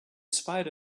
spite